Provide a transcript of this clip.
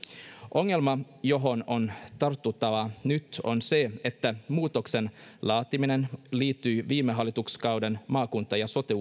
ongelma johon on tartuttava nyt on se että muutoksen laatiminen liittyy viime hallituskauden maakunta ja sote